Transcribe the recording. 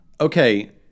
okay